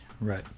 Right